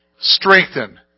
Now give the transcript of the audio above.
strengthen